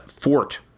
fort